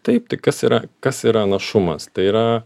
taip tai kas yra kas yra našumas tai yra